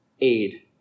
aid